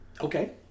Okay